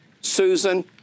Susan